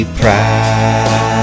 proud